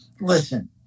Listen